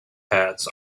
hats